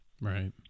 right